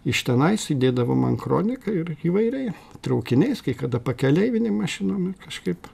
iš tenais įdėdavo man kroniką ir įvairiai traukiniais kai kada pakeleivinėm mašinom ir kažkaip